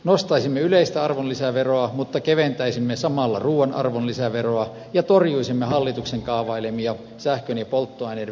nostaisimme yleistä arvonlisäveroa mutta keventäisimme samalla ruuan arvonlisäveroa ja torjuisimme hallituksen kaavailemia sähkön ja polttoaineiden veronkorotuksia